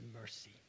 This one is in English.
mercy